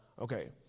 Okay